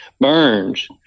burns